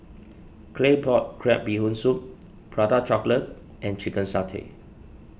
Claypot Crab Bee Hoon Soup Prata Chocolate and Chicken Satay